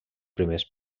primers